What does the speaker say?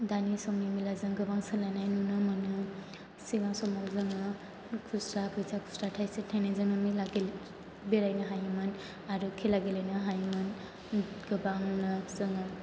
दानि समनि मेलाजों गोबां सोलायनाय नुनो मोनो सिगां समाव जोङो खुस्रा फैसा खुस्रा थाइसे थाइनैजोंनो मेला बेरायनो हायोमोन आरो खेला गेलेनो हायोमोन गोबांनो जोङो